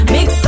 Mix